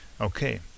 Okay